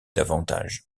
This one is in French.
davantage